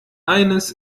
eines